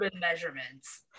measurements